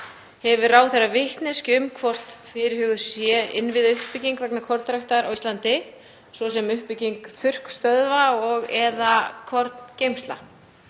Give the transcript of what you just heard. Hefur ráðherra vitneskju um hvort fyrirhuguð sé innviðauppbygging vegna kornræktar á Íslandi, svo sem uppbygging þurrkstöðva og/eða korngeymslna?